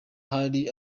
hari